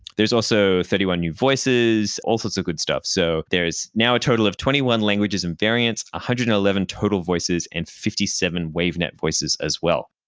there's also thirty one new voices all sorts of good stuff. so there is now a total of twenty one languages and variants, one ah hundred and eleven total voices, and fifty seven wavenet voices as well.